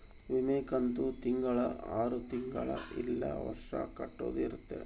ವಿಮೆ ಕಂತು ತಿಂಗಳ ಆರು ತಿಂಗಳ ಇಲ್ಲ ವರ್ಷ ಕಟ್ಟೋದ ಇರುತ್ತ